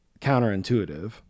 counterintuitive